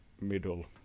middle